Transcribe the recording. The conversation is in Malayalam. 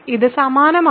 ഇത് സമാനമാണ്